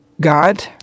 God